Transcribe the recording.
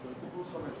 חברי חברי